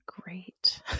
great